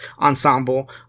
ensemble